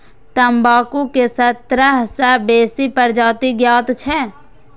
तंबाकू के सत्तर सं बेसी प्रजाति ज्ञात छै